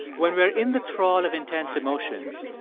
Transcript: when we're in the thrall of intense emotions,